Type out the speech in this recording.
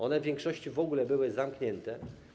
One w większości w ogóle były zamknięte.